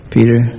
Peter